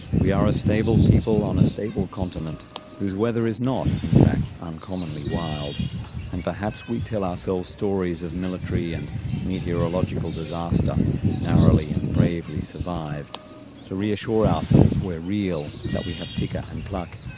we are a stable people on a stable continent whose weather is not, in fact, uncommonly wild and perhaps we tell ourselves stories of military and meteorological disaster narrowly and bravely survived to reassure ourselves we're real, that we have ticker and pluck,